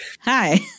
Hi